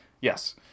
Yes